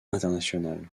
internationale